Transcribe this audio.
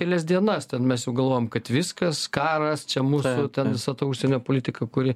kelias dienas ten mes jau galvojom kad viskas karas čia mūsų ten visa ta užsienio politika kuri